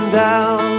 down